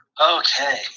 Okay